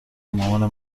مامانه